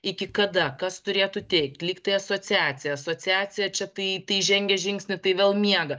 iki kada kas turėtų teikt lyg tai asociacija asociacija čia tai tai žengia žingsnį tai vėl miega